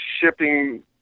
shipping